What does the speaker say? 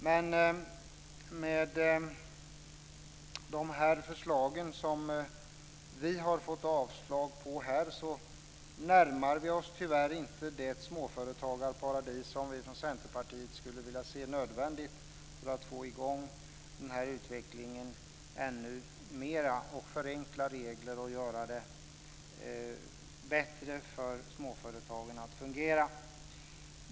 Men i och med att våra förslag avslås närmar vi oss tyvärr inte det småföretagarparadis som vi från Centerpartiet skulle vilja se för att få i gång den här utvecklingen ännu mer, för att förenkla regler och göra det lättare för småföretagen att fungera.